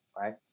right